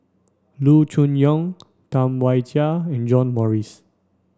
Loo Choon Yong Tam Wai Jia and John Morrice